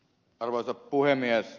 arvoisa puhemies